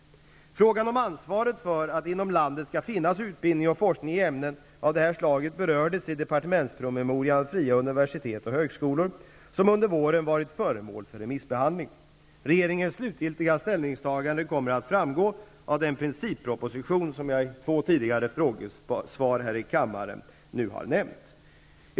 Frågan om ansvaret för att det inom landet skall finnas utbildning och forskning i ämnen av det här slaget berördes i departementspromemorian (Ds Regeringens slutliga ställningstagande kommer att framgå av den principproposition som jag i två tidigare frågesvar här i kammaren har nämnt.